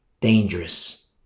dangerous